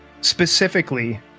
specifically